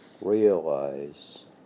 Realize